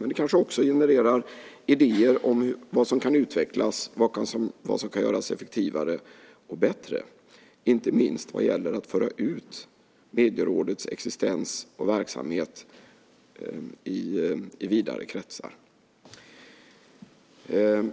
Men det kanske också genererar idéer om vad som kan utvecklas och vad som kan göras effektivare och bättre, inte minst vad gäller att föra ut Medierådets existens och verksamhet i vidare kretsar.